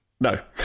No